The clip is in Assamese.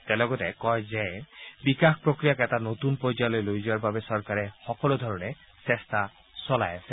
তেওঁ লগতে কয় বিকাশ প্ৰক্ৰিয়াক এটা নতুন পৰ্যায়লৈ লৈ যোৱাৰ বাবে চৰকাৰে সকলোধৰণে চেষ্টা চলাই আছে